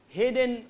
hidden